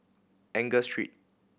Angus Street